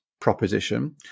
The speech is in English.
Proposition